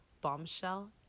Bombshell